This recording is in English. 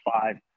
five